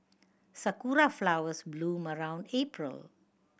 sakura flowers bloom around April